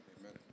Amen